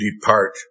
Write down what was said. depart